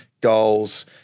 Goals